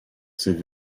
sydd